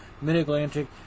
Mid-Atlantic